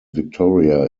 victoria